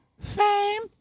Fame